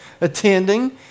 attending